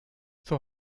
zur